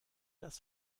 das